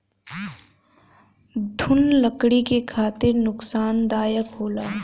घुन लकड़ी के खातिर नुकसानदायक होला